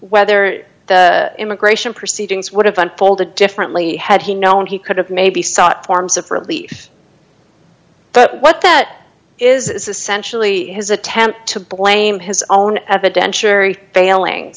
whether the immigration proceedings would have unfolded differently had he known he could have maybe sought forms of relief but what that is essentially his attempt to blame his own